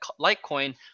Litecoin